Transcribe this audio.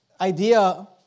idea